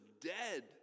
dead